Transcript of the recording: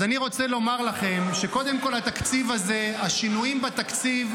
אז אני רוצה לומר לכם קודם כול שהשינויים בתקציב,